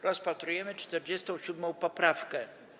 Rozpatrujemy 47. poprawkę.